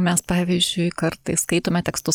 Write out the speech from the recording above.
mes pavyzdžiui kartais skaitome tekstus